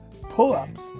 pull-ups